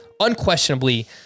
unquestionably